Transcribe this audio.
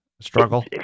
struggle